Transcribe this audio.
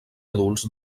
adults